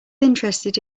interested